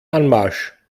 anmarsch